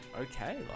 okay